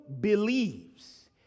believes